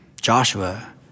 Joshua